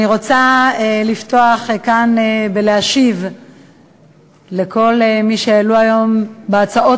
אני רוצה לפתוח כאן ולהשיב לכל מי שהעלו היום בהצעות